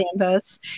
Canvas